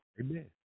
Amen